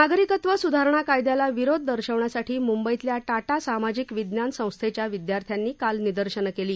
नागरिकत्व सुधारणा कायद्याला विरोध दर्शवण्यासाठी मुंबईतल्या टाटा सामाजिक विज्ञान संस्थेच्या विद्यार्थ्यांनी काल निदर्शनं केली